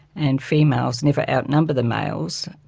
and females never outnumber the males,